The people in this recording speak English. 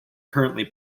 currently